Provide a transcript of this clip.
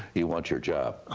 he wants your job.